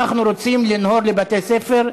אנחנו רוצים לנהור לבתי-ספר,